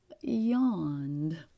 yawned